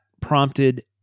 prompted